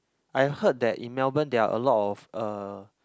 I heard that in Melbourne there are a lot of uh